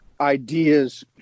ideas